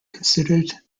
considered